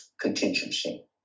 contingency